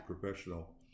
professional